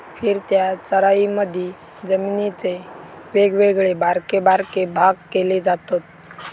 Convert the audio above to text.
फिरत्या चराईमधी जमिनीचे वेगवेगळे बारके बारके भाग केले जातत